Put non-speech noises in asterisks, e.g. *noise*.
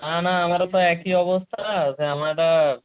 না না আমারও তো একই অবস্থা *unintelligible* আমারা